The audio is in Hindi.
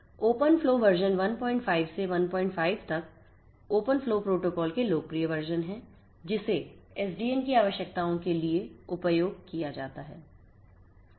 OpenFlow वर्जन 11 से 15तक OpenFlow प्रोटोकॉल के लोकप्रिय वर्जन है जिसे SDN की आवश्यकताओं के लिए उपयोग किया जाता है